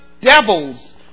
devils